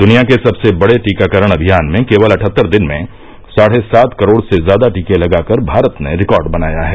दुनिया के सबसे बड़े टीकाकरण अभियान में केवल अठहत्तर दिन में साढ़े सात करोड़ से ज्यादा टीके लगाकर भारत ने रिकार्ड बनाया है